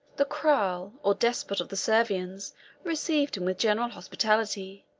the cral, or despot of the servians received him with general hospitality